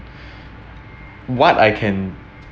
what I can